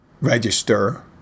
register